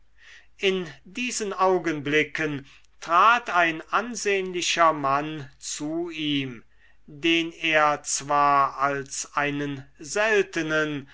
in diesen augenblicken trat ein ansehnlicher mann zu ihm den er zwar als einen seltenen